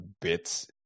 bits